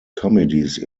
comedies